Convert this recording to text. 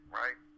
right